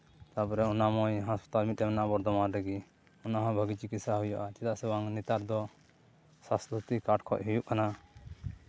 ᱛᱟᱨᱯᱚᱨ ᱚᱱᱟᱢᱚᱭ ᱦᱟᱥᱯᱟᱛᱟᱞ ᱢᱮᱱᱟᱜᱼᱟ ᱵᱚᱨᱫᱷᱚᱢᱟᱱ ᱨᱮᱜᱮ ᱚᱱᱟᱦᱚᱸ ᱵᱷᱟᱹᱜᱤ ᱪᱤᱠᱤᱛᱥᱟ ᱦᱩᱭᱩᱜᱼᱟ ᱪᱮᱫᱟᱜ ᱥᱮ ᱵᱟᱝ ᱱᱮᱛᱟᱨ ᱫᱚ ᱥᱟᱥᱛᱷᱚ ᱥᱟᱹᱛᱷᱤ ᱠᱟᱨᱰ ᱠᱷᱚᱱ ᱦᱩᱭᱩᱜ ᱠᱟᱱᱟ